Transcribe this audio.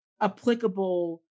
applicable